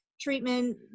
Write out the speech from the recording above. treatment